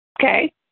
Okay